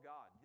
God